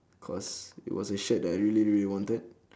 cause it was a shirt that I really really wanted